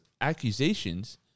accusations